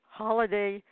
holiday